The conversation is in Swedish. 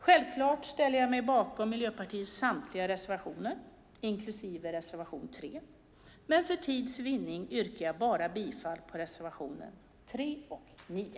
Självklart ställer jag mig bakom Miljöpartiets samtliga reservationer, men för tids vinnande yrkar jag bifall bara till reservationerna 3 och 9.